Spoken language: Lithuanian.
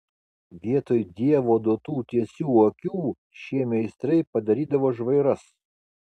vietoj dievo duotų tiesių akių šie meistrai padarydavo žvairas